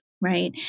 Right